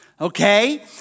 okay